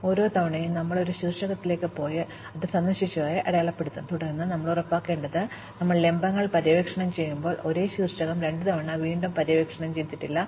ഓരോ തവണയും ഞങ്ങൾ ഒരു ശീർഷകത്തിലേക്ക് പോയി നിങ്ങൾ അത് സന്ദർശിച്ചതായി അടയാളപ്പെടുത്തും തുടർന്ന് ഞങ്ങൾ ഉറപ്പാക്കേണ്ടതുണ്ട് നിങ്ങൾ ലംബങ്ങൾ പര്യവേക്ഷണം ചെയ്യുമ്പോൾ ഞങ്ങൾ ഒരേ ശീർഷകം രണ്ടുതവണ വീണ്ടും പര്യവേക്ഷണം ചെയ്തിട്ടില്ല